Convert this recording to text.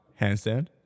handstand